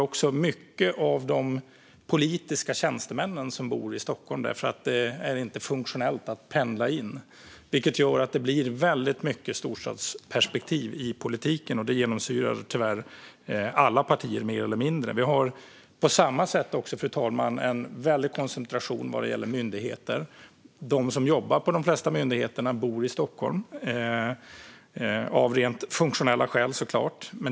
Många av de politiska tjänstemännen bor också i Stockholm eftersom det inte är funktionellt att pendla. Detta gör att det blir väldigt mycket storstadsperspektiv i politiken, vilket tyvärr mer eller mindre genomsyrar alla partier. Fru talman! På samma sätt har vi en koncentration vad gäller myndigheter, och de som jobbar på dessa myndigheter bor av rent funktionella skäl i Stockholm.